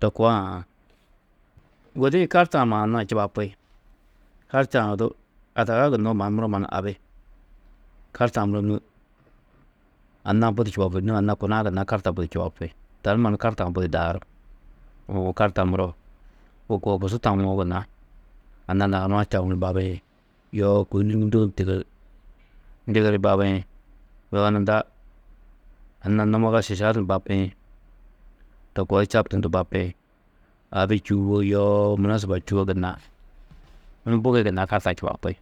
to koo aã. Gudi-ĩ kartaa-ã mannu anna-ã čubapi, kartaa-ã odu adaga gunnoó mannu muro mannu abi. Kartaa-ã muro nû anna-ã budi čubapi, nû anna kuna-ã gunna kartaa budi čubapi. Tani mannu kartaa-ã budi daaru. Uũ kartaa-ã muro, wôku horkusu tawo gunna, anna lau nua čamuũ ni babiĩ. Yoo kôi nû ndigiri babiĩ. Yoo nunda anna numoga šiša du bapiĩ, to koo di čabndundu bapiĩ. Abi čûwo yoo munasiba čûwo gunna. bugo-ĩ gunna kartaa čubapi.